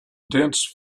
dense